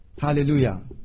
Hallelujah